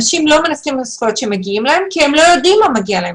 אנשים לא מנצלים את הזכויות שמגיעות להם כי הם לא יודעים מה מגיע להם.